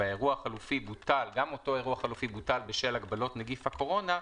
והאירוע החלופי אף הוא בוטל בשל מגבלות נגיף הקורונה,